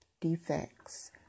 Defects